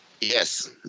Yes